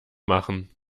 machen